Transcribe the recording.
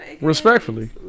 Respectfully